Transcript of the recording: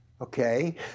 Okay